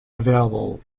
available